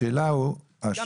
השאלה היא מה